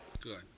Good